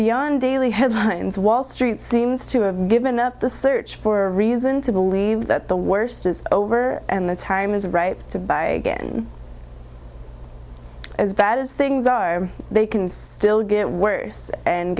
beyond daily headlines wall street seems to have given up the search for a reason to believe that the worst is over and the time is right to buy again as bad as things are they can still get worse and